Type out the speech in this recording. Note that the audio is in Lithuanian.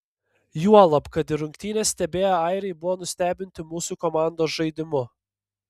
juolab kad ir rungtynes stebėję airiai buvo nustebinti mūsų komandos žaidimu